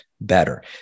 better